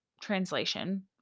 translation